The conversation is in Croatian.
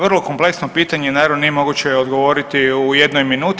Vrlo kompleksno pitanje, naravno nije moguće odgovoriti u jednoj minuti.